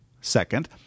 Second